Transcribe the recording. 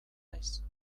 naiz